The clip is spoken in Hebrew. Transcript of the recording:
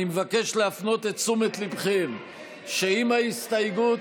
אני מבקש להפנות את תשומת ליבכם שאם ההסתייגות,